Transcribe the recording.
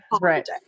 Right